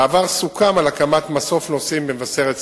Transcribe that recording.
בעבר סוכם עם המועצה המקומית על הקמת מסוף נוסעים במבשרת-ציון